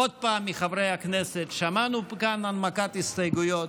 עוד פעם מחברי הכנסת: שמענו כאן הנמקת הסתייגויות.